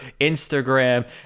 Instagram